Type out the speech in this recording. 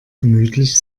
gemütlich